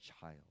child